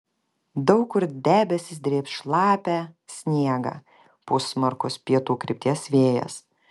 daug kur debesys drėbs šlapią sniegą pūs smarkus pietų krypties vėjas